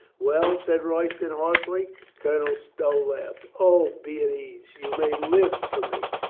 well? said royston hoarsely. colonel stow laughed. o, be at ease! you may live for me.